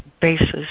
basis